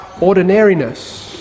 ordinariness